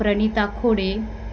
Pranita Khode